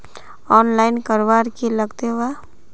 Online करवार की लगते वा?